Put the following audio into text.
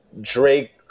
Drake